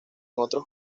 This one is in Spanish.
otros